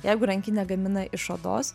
jeigu rankinę gamina iš odos